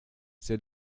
c’est